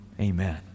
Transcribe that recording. Amen